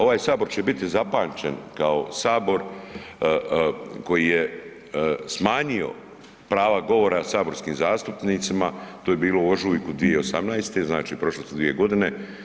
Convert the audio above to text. Ovaj Sabor će biti zapamćen kao Sabor koji je smanjio prava govora saborskim zastupnicima, to je bilo u ožujku 2018., znači prošle su 2 godine.